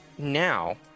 Now